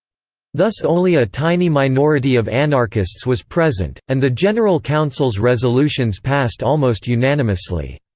thus only a tiny minority of anarchists was present, and the general council's resolutions passed almost unanimously.